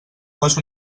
cos